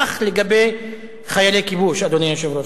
כך לגבי חיילי כיבוש, אדוני היושב-ראש.